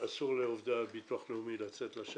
אסור לעובדי הביטוח הלאומי לצאת לשטח?